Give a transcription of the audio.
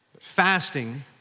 Fasting